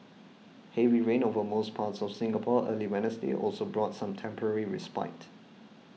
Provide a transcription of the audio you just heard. heavy rain over most parts of Singapore early Wednesday also brought some temporary respite